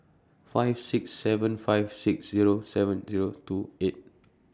five six seven five six Zero seven Zero two eight